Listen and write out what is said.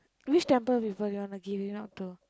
which temple people you wanna give it out to